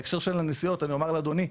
בהקשר של הנסיעות אני אומר לאדוני,